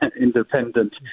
independent